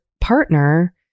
partner